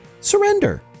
Surrender